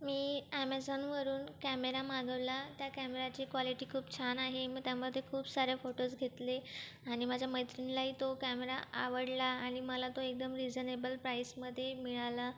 मी ॲमेझॉनवरून कॅमेरा मागवला त्या कॅमेऱ्याची क्वालिटी खूप छान आहे म त्यामधे खूप सारे फोटोज घेतले आणि माझ्या मैत्रिणीलाही तो कॅमेरा आवडला आणि मला तो एकदम रिझनेबल प्राईसमधे मिळाला